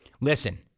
listen